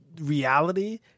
reality